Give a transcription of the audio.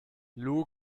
lou